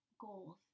goals